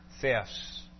thefts